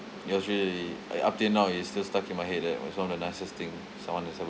it was really uh up till now it is still stuck in my head that was one of the nicest thing someone has ever